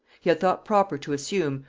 he had thought proper to assume,